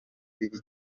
bibi